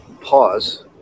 pause